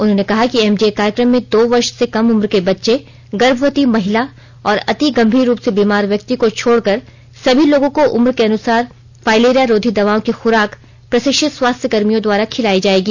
उन्होंने कहा कि एमडीए कार्यक्रम में दो वर्ष से कम उम्र के बच्चे गर्भवती महिला और ैअति गंभीर रूप से बीमार व्यक्ति को छोड़कर सभी लोगों को उम्र के अनुसार फाइलेरिया रोधी दवाओं की खुराक प्रशिक्षित स्वास्थ्यकर्मियों द्वार खिलाई जाएगी